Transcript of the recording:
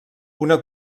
una